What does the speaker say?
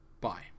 Bye